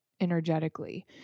energetically